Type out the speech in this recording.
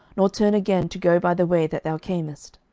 nor turn again to go by the way that thou camest.